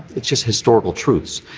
it's just historical truths.